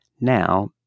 now